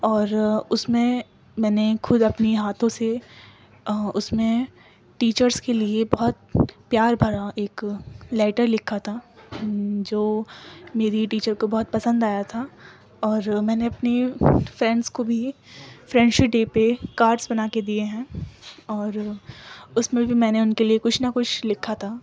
اور اس میں میں نے کھود اپنی ہاتھوں سے اس میں ٹیچرس کے لیے بہت پیار بھرا ایک لیٹر لکھا تھا جو میری ٹیچر کو بہت پسند آیا تھا اور میں نے اپنی فرینڈس کو بھی فرینڈشپ ڈے پہ کارڈس بنا کے دیئے ہیں اور اس میں بھی میں نے ان لیے کچھ نہ کچھ لکھا تھا